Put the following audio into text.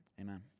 Amen